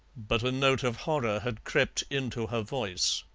but a note of horror had crept into her voice.